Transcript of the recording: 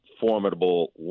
formidable